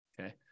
Okay